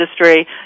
industry